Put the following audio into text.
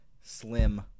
Slim